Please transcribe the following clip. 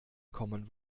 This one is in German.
common